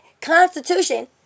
constitution